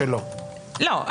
כן,